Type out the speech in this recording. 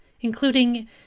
including